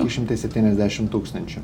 penki šimtai septyniasdešimt tūkstančių